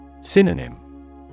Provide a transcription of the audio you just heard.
Synonym